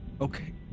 Okay